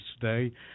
today